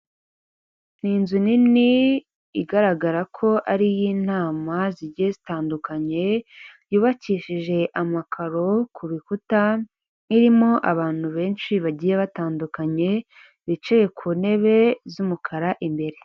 Ni inzu nini igaragara ko ari iy'inama zigiye zitandukanye yubakishije amakaro ku bikuta irimo abantu benshi bagiye batandukanye bicaye ku ntebe z'umukara imbere.